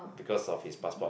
because of his passport